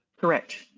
Correct